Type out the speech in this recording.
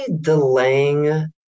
delaying